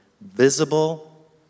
visible